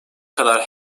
kadar